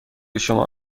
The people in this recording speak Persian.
شما